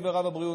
חברותיי וחבריי